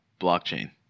blockchain